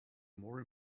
more